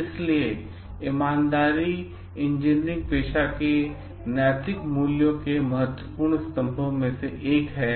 इसलिए ईमानदारी इंजीनियरिंग पेशा के नैतिक मूल्यों के महत्वपूर्ण स्तंभों में से एक है